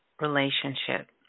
relationship